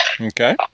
Okay